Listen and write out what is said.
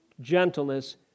gentleness